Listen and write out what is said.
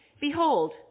Behold